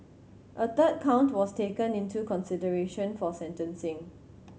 a third count was taken into consideration for sentencing